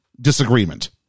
disagreement